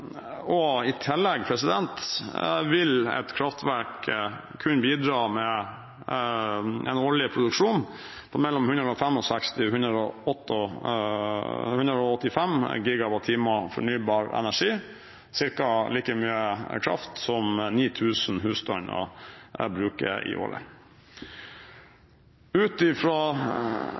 og i tillegg vil et kraftverk kunne bidra med en årlig produksjon på mellom 165 GWh og 185 GWh fornybar energi, ca. like mye kraft som 9 000 husstander bruker i året. Ut